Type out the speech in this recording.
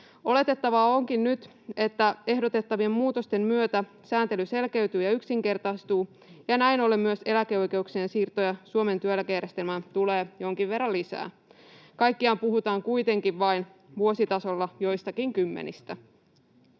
Oletettavaa onkin nyt, että ehdotettavien muutosten myötä sääntely selkeytyy ja yksinkertaistuu ja näin ollen myös eläkeoikeuksien siirtoja Suomen työeläkejärjestelmään tulee jonkin verran lisää. Kaikkiaan puhutaan vuositasolla kuitenkin vain joistakin kymmenistä.